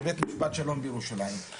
בבית משפט השלום בירושלים,